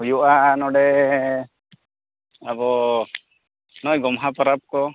ᱦᱳᱭᱳᱜᱼᱟ ᱱᱚᱰᱮ ᱟᱵᱚ ᱱᱚᱜᱼᱚᱸᱭ ᱜᱳᱢᱦᱟ ᱯᱚᱨᱚᱵᱽ ᱠᱚ